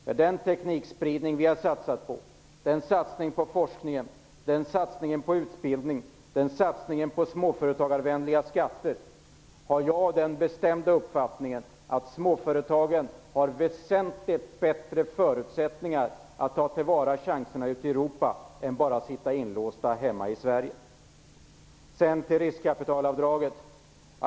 Med den teknikspridning vi har satsat på och med de satsningar vi har gjort på forskning, på utbildning och på småföretagarvänliga skatter har jag den bestämda uppfattningen att småföretagen har väsentligt bättre förutsättningar att ta till vara chanserna ute i Europa än om de bara sitter inlåsta i Sedan till riskkapitalavdraget.